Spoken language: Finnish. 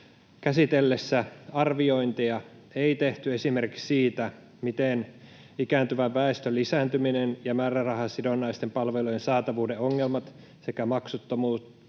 käsiteltäessä ei tehty arviointeja esimerkiksi siitä, miten ikääntyvän väestön lisääntyminen ja määrärahasidonnaisten palvelujen saatavuuden ongelmat sekä maksuttomuus tai